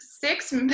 six